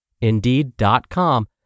Indeed.com